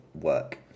work